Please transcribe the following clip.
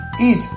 eat